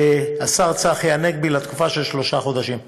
השר צחי הנגבי, לתקופה של שלושה חודשים.